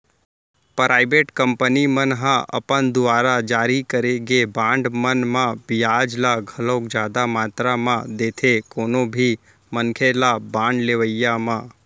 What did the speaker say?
private company मन ह अपन दुवार जारी करे गे बांड मन म बियाज ल घलोक जादा मातरा म देथे कोनो भी मनखे ल बांड लेवई म